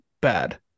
bad